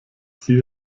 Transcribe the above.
sie